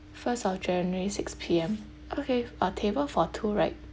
first of january six P_M okay uh table for two right